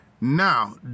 Now